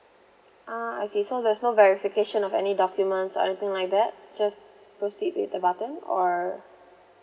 ah I see so there's no verification of any documents or anything like that just proceed with the button or